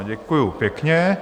Děkuji pěkně.